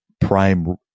prime